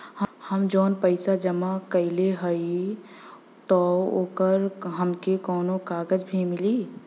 हम जवन पैसा जमा कइले हई त ओकर हमके कौनो कागज भी मिली?